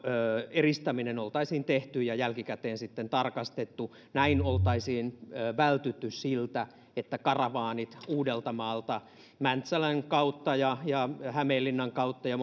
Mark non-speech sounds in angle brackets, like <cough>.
eristäminen oltaisiin tehty ja jälkikäteen sitten tarkastettu näin oltaisiin vältytty siltä että karavaanit uudeltamaalta mäntsälän kautta ja ja hämeenlinnan kautta ja <unintelligible>